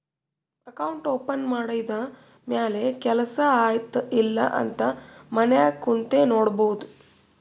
account open ಮಾಡಿದ ಮ್ಯಾಲ ಕೆಲ್ಸಾ ಆಯ್ತ ಇಲ್ಲ ಅಂತ ಮನ್ಯಾಗ್ ಕುಂತೆ ನೋಡ್ಬೋದ್